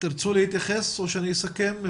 תרצו להתייחס או שאני אסכם?